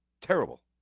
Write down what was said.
Terrible